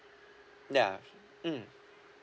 ya mm